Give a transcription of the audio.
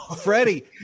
Freddie